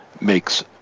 makes